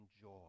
joy